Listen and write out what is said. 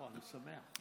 אני שמח.